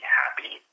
happy